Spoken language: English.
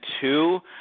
two